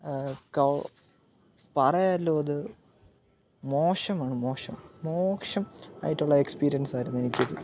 പാറയലോ അത് മോശമാണ് മോശം മോശം ആയിട്ടുള്ള എക്സ്പീരിയൻസായിരുന്നു എനിക്കിത്